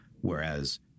Whereas